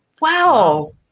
wow